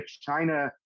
China